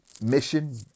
mission